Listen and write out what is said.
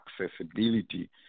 accessibility